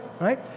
Right